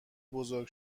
بزرگ